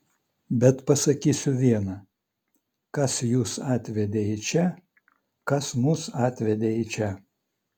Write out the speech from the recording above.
bet pasakysiu viena kas jus atvedė į čia kas mus atvedė į čia